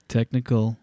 Technical